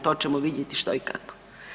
To ćemo vidjeti što i kako.